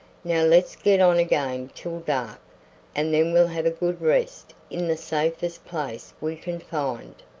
now let's get on again till dark and then we'll have a good rest in the safest place we can find.